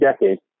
decades